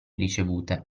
ricevute